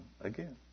again